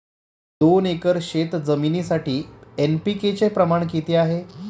दोन एकर शेतजमिनीसाठी एन.पी.के चे प्रमाण किती आहे?